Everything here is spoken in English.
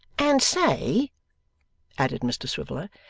and say added mr swiveller,